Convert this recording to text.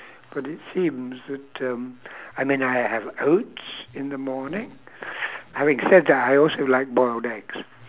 but it seems that um I mean I have oats in the morning having said that I also like boiled eggs